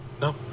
No